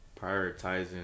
prioritizing